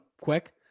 quick